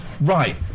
right